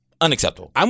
unacceptable